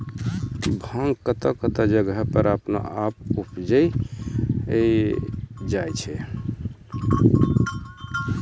भांग कतौह कतौह जगह पर अपने आप उपजी जाय छै